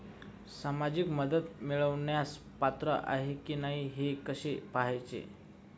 सामाजिक मदत मिळवण्यास पात्र आहे की नाही हे कसे पाहायचे?